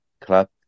club